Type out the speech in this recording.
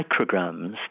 micrograms